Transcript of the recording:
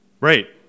Right